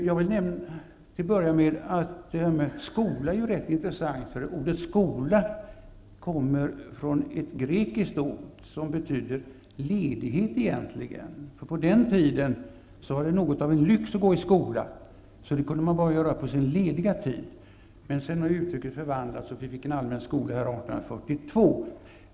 Jag vill till att börja med nämna att ämnet skola är intressant bl.a. därför att ordet ''skola'' kommer från ett grekiskt ord, som egentligen betyder ledighet. I gamla tider var det något av en lyx att gå i skola, så det kunde man bara göra på sin lediga tid. Men sedan har ordets betydelse förändrats, och vi fick en allmän skola i Sverige 1842.